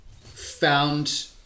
found